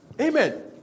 Amen